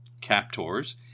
captors